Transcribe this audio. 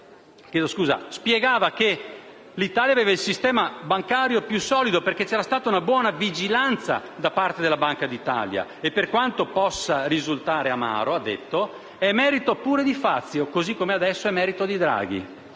Bersani spiegava che l'Italia aveva il sistema bancario più solido, perché c'era stata una buona vigilanza da parte della Banca d'Italia e aggiungeva anche che, per quanto potesse risultare amaro, ciò era merito pure di Fazio, così come adesso è merito di Draghi.